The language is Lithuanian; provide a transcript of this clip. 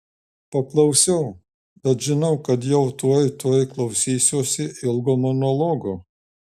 paklausiau bet žinau kad jau tuoj tuoj klausysiuosi ilgo monologo